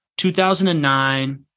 2009